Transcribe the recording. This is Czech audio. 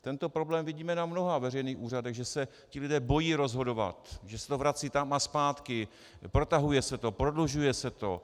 Tento problém vidíme na mnoha veřejných úřadech, že se ti lidé bojí rozhodovat, že se to vrací tam a zpátky, protahuje se to, prodlužuje se to.